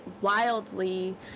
wildly